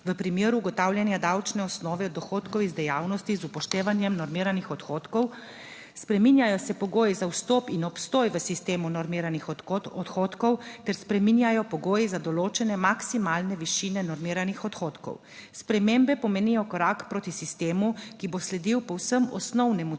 v primeru ugotavljanja davčne osnove od dohodkov iz dejavnosti z upoštevanjem normiranih odhodkov, spreminjajo se pogoji za vstop in obstoj v sistemu normiranih odhodkov ter spreminjajo pogoji za določanje maksimalne višine normiranih odhodkov. Spremembe pomenijo korak proti sistemu, ki bo sledil povsem osnovnemu